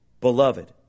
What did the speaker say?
Beloved